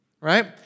right